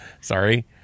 Sorry